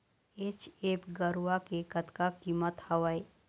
HF गरवा के कतका कीमत हवए?